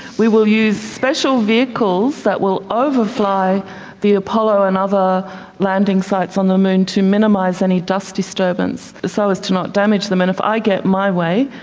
we will use special vehicles that will overfly the apollo and other landing sites on the moon to minimise any dust disturbance so as to not damage them. and if i get my way,